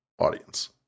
audience